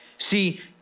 See